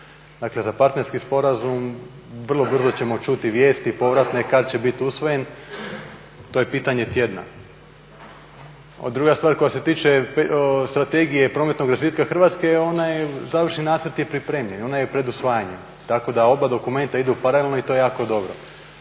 Dakle, za partnerski sporazum vrlo brzo ćemo čuti vijesti povratne kad će bit usvojen, to je pitanje tjedna. A druga stvar koja se tiče Strategije prometnog razvitka razvitka Hrvatske ona je, završni nacrt je pripremljen. Ona je pred usvajanjem, tako da oba dokumenta idu paralelno i to je jako dobro.